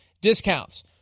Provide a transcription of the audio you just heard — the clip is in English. discounts